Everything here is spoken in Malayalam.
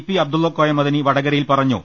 പി അബ്ദുള്ളക്കോയ മദനി വടകരയിൽ പറ ഞ്ഞു